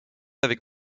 avec